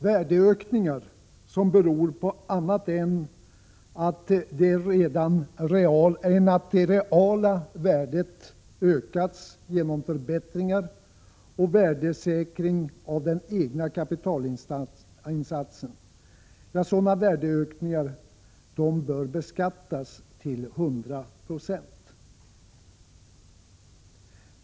Värdeökningar som beror på annat än att det reala värdet ökats genom förbättringar och värdesäkring av den egna kapitalinsatsen bör beskattas till hundra procent.